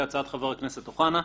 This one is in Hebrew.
כהצעת חבר הכנסת אוחנה,